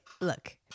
look